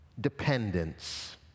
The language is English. dependence